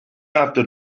after